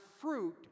fruit